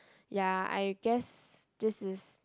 ya I guess this is